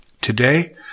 Today